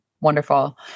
Wonderful